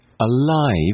alive